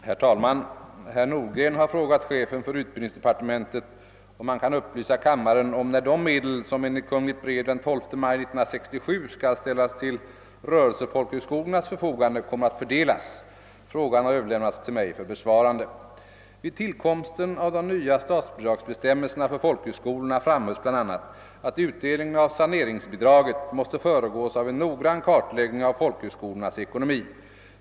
Herr talman! Herr Nordgren har frågat chefen för utbildningsdepartementet, om han kan upplysa kammaren om när de medel som enligt kungl. brev den 12 maj 1967 skall ställas till rörelsefolkhögskolornas förfogande kommer att fördelas. Frågan har överlämnats till mig för besvarande. Vid tillkomsten av de nya statsbidragsbestämmelserna för folkhögskolorna framhölls bl.a. att utdelningen av saneringsbidraget måste föregås av en noggrann kartläggning av folkhögskolornas ekonomi.